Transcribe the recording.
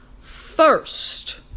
first